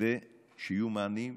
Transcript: כדי שיהיו מענים,